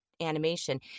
animation